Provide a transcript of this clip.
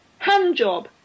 Handjob